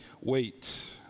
wait